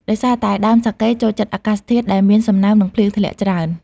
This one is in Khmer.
ដោយសារតែដើមសាកេចូលចិត្តអាកាសធាតុដែលមានសំណើម និងភ្លៀងធ្លាក់ច្រើន។